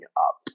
up